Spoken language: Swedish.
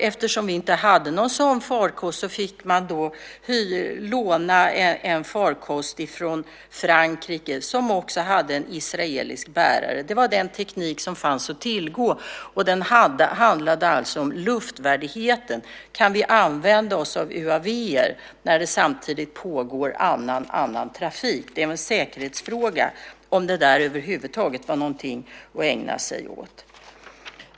Eftersom vi inte hade en sådan farkost fick man från Frankrike låna en farkost som hade en israelisk bärare. Det var den teknik som fanns att tillgå. Det handlade alltså om luftvärdigheten. Kan vi använda oss av UAV när det samtidigt pågår annan trafik? Det var en säkerhetsfråga - om det där över huvud taget var något att ägna sig åt.